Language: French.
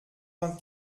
vingt